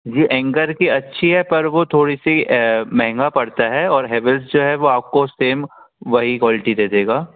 जी Anchor की अच्छी है पर वह थोड़ी सी महंगा पड़ता है और हैवेल्स जो है वह आपको सेम वही क्वालिटी दे देगा